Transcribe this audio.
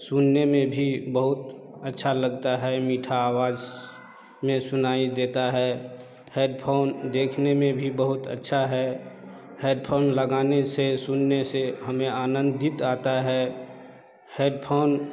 सुन ने में भी बहुत अच्छा लगता है मीठा आवाज़ स में सुनाई देता है हैदफोन देखने में भी बहुत अच्छा है हैदफोन लगाने से सुनने से हमें आनंदित आता है हैदफोन